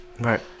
Right